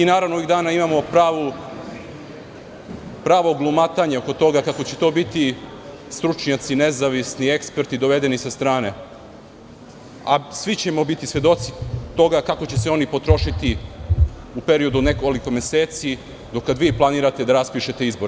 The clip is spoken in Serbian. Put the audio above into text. Ovih dana imamo pravo glumatanje oko toga kako će to biti nezavisni stručnjaci, eksperti dovedeni sa strane, a svi ćemo biti svedoci toga kako će se oni potrošiti u periodu od nekoliko meseci do kad vi planirate da raspišete izbore.